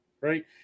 right